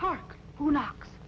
park who kno